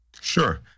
Sure